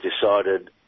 decided